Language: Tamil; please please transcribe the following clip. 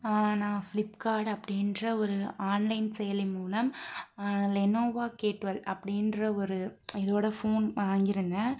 நான் ஃப்ளிப்கார்ட் அப்டின்ற ஒரு ஆன்லைன் செயலி மூலம் லெனோவா கே டுவெல் அப்படின்ற ஒரு இதோடய போன் வாங்கிருந்தேன்